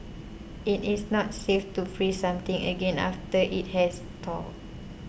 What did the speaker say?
it is not safe to freeze something again after it has thawed